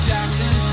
Jackson